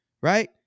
right